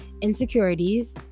insecurities